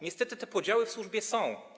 Niestety te podziały w służbie są.